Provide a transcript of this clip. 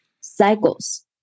cycles